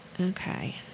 okay